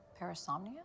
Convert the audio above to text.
Parasomnia